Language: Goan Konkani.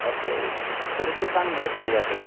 ऑके बरें तूं सांग मरे खंय या ते